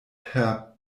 per